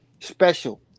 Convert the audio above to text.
special